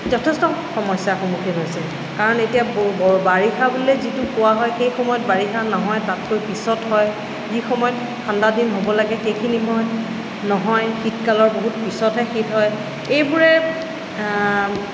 যথেষ্ট সমস্যা সন্মুখীন হৈছে কাৰণ এতিয়া ব বাৰিষা বুলিলে যিটোক কোৱা হয় সেই সময়ত বাৰিষা নহয় তাতকৈ পিছত হয় যি সময়ত ঠাণ্ডা দিন হ'ব লাগে সেইখিনি সময়ত নহয় শীতকালৰ বহুত পিছতহে শীত হয় এইবোৰে